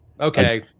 okay